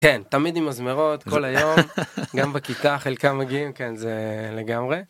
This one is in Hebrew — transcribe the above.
תמיד עם מזמרות כל היום גם בכיתה חלקם מגיעים כן זה לגמרי.